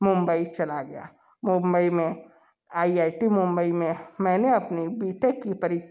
मुंबई चला गया मुंबई में आई आई टी मुंबई में मैंने अपने बी टेक की